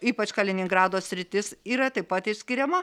ypač kaliningrado sritis yra taip pat išskiriama